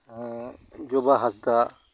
ᱡᱚᱵᱟ ᱦᱟᱸᱥᱫᱟᱜ